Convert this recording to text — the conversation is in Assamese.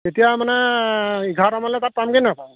তেতিয়া মানে এঘাৰটামানলৈ তাত পামগৈ নাই বাৰু